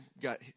got